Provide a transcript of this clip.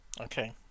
Okay